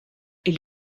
est